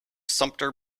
sumpter